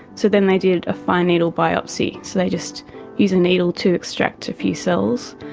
so then they did a fine needle biopsy. they just use a needle to extract a few cells.